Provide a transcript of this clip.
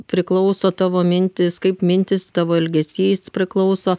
priklauso tavo mintys kaip mintys tavo elgesys priklauso